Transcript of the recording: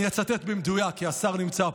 אני אצטט במדויק, כי השר נמצא פה: